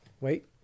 Wait